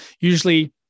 usually